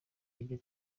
iryo